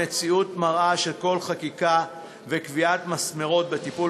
המציאות מראה שבלי חקיקה וקביעת מסמרות בטיפול